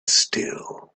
still